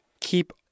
keep